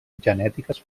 genètiques